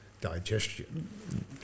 Digestion